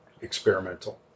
experimental